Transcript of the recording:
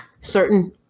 certain